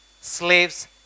slaves